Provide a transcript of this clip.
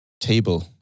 table